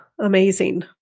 Amazing